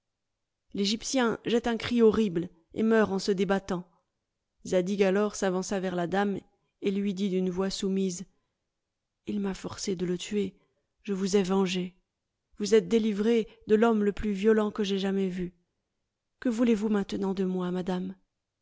l'egyptien jette un cri horrible et meurt en se débattant zadig alors s'avança vers la dame et lui dit d'une voix soumise il m'a forcé de le tuer je vous ai vengée vous êtes délivrée de l'homme le plus violent que j'aie jamais vu que voulez-vous maintenant de moi madame